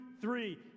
three